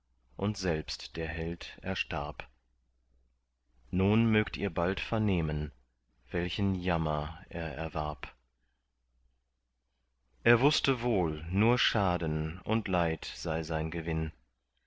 und selbst der held erstarb nun mögt ihr bald vernehmen welchen jammer er erwarb er wußte wohl nur schaden und leid sei sein gewinn